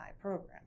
program